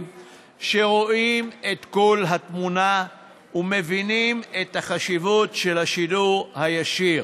שרואים את כל התמונה ומבינים את החשיבות של השידור הישיר.